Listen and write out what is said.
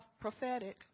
Prophetic